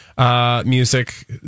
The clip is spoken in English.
Music